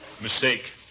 Mistake